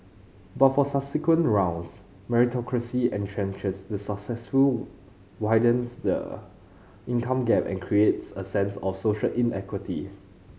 but for subsequent rounds meritocracy entrenches the successful widens the income gap and creates a sense of social inequity